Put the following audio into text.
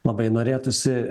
labai norėtųsi